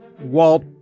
Walt